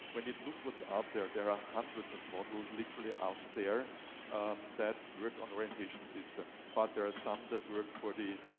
when you look what's out there, there are hundreds of models literally out there that work on the orientation system. but there are some that work for the